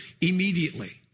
immediately